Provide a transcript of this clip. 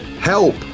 help